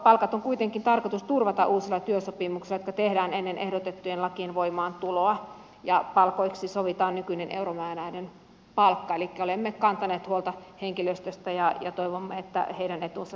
palkat on kuitenkin tarkoitus turvata uusilla työsopimuksilla jotka tehdään ennen ehdotettujen lakien voimaantuloa ja palkoiksi sovitaan nykyinen euromääräinen palkka elikkä olemme kantaneet huolta henkilöstöstä ja toivomme että heidän etunsa säilyvät